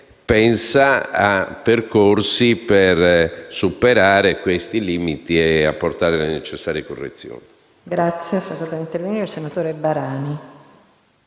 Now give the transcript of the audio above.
pensa a percorsi per superare questi limiti e apportare le necessarie correzioni.